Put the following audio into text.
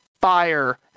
fire